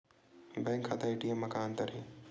Bank खाता ATM मा का अंतर हे?